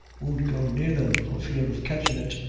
won't go near them for fear of catchin' it.